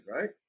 right